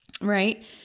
right